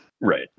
Right